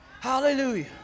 Hallelujah